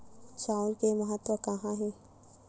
चांउर के महत्व कहां हे?